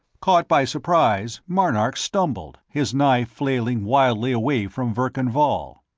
caught by surprise, marnark stumbled, his knife flailing wildly away from verkan vall.